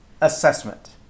assessment